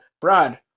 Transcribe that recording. Brad